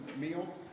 meal